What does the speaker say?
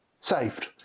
saved